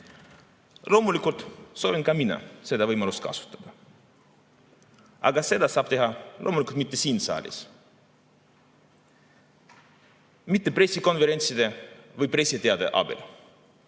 Loomulikult soovin ka mina seda võimalust kasutada. Aga seda ei saa ma teha mitte siin saalis, mitte pressikonverentside või pressiteadete abil,